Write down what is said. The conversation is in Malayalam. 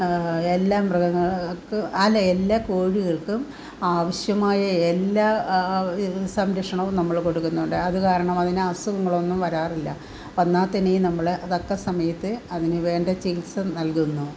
എല്ലാ മൃഗങ്ങൾക്ക് അല്ല എല്ലാ കോഴികൾക്കും ആവശ്യമായ എല്ലാ സംരക്ഷണവും നമ്മൾ കൊടുക്കുന്നുണ്ട് അത് കാരണം അതിനസുഖങ്ങളൊന്നും വരാറില്ല വന്നാൽ തന്നെയും നമ്മൾ തക്ക സമയത്ത് അതിന് വേണ്ട ചികിത്സ നൽകുന്നു